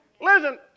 Listen